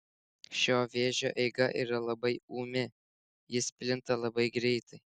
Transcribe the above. šio vėžio eiga yra labai ūmi jis plinta labai greitai